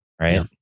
Right